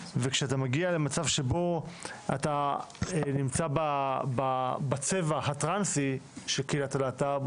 וכשאתה מגיע למצב שבו אתה נמצא בצבע הטרנסי של קהילת הלהט"ב,